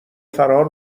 فرار